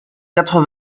quatre